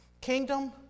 Kingdom